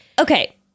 Okay